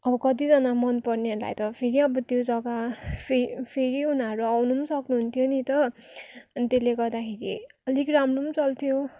अब कतिजना मन पर्नेहरूलाई त फेरि अब त्यो जगा फे फेरि उनीहरू आउनु सक्नु हुन्थ्यो नि त अनि त्यसले गर्दाखेरि अलिक राम्रो चल्थ्यो